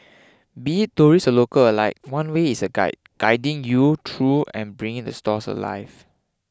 be it tourists or local alike one way is a guide guiding you through and bringing the stories alive